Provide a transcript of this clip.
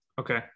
okay